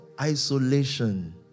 isolation